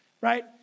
right